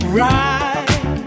right